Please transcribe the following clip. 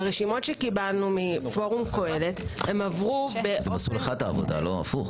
ברשימות שקיבלנו מפורום קהלת- -- הפוך.